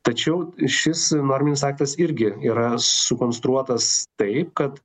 tačiau šis norminis aktas irgi yra sukonstruotas taip kad